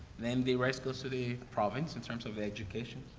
then the rest goes to the province in terms of education.